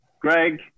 Greg